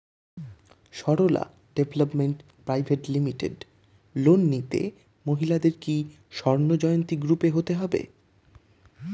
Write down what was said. Sarala development private limited loan নিতে মহিলাদের কি স্বর্ণ জয়ন্তী গ্রুপে হতে হবে?